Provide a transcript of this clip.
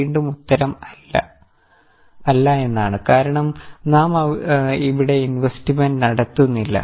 വീണ്ടും ഉത്തരം അല്ല എന്നാണ് കാരണം നാം ഇവിടെ ഇൻവെസ്റ്റ്മെന്റ് നടത്തുന്നില്ല